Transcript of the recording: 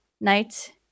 night